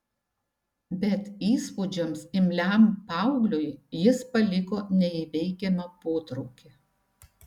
bet įspūdžiams imliam paaugliui jis paliko neįveikiamą potraukį